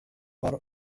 var